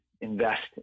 invest